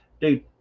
Dude